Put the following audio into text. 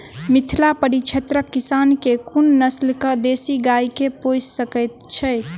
मिथिला परिक्षेत्रक किसान केँ कुन नस्ल केँ देसी गाय केँ पोइस सकैत छैथि?